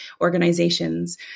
organizations